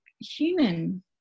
human